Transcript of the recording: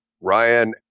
Ryan